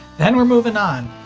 then we're moving on.